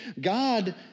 God